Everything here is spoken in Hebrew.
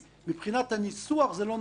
מבחינת הניסוח זה לא נכון.